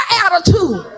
attitude